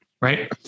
Right